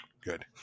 good